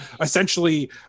essentially